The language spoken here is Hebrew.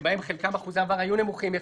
שבחלקם אחוזי המעבר היו נמוכים יחסית,